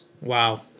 Wow